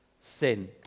sin